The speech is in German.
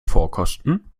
vorkosten